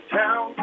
town